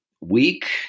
weak